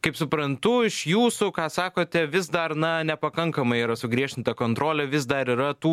kaip suprantu iš jūsų ką sakote vis dar na nepakankamai yra sugriežtinta kontrolė vis dar yra tų